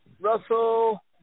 Russell